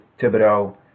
Thibodeau